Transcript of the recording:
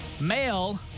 Male